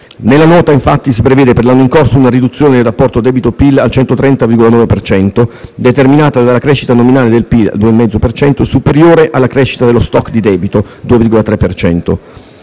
Nella Nota, infatti, si prevede per l'anno in corso una riduzione del rapporto debito-PIL al 130,9 per cento, determinata dalla crescita nominale del PIL (2,5 per cento) superiore alla crescita dello *stock* di debito (2,3